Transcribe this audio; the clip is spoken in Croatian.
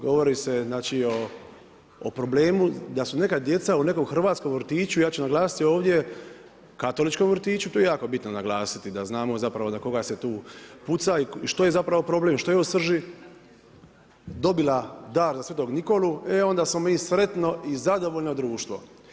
Govori se znači o problemu da su neka djeca u nekom hrvatskom vrtiću, ja ću naglasiti ovdje, katoličkom vrtiću, to je jako bitno naglasiti, da znamo zapravo na koga se tu puca i što je zapravo problem, što je u srži dobila dar za Sv. Nikolu e onda smo mi sretno i zadovoljno društvo.